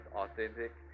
authentic